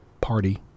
party